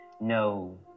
no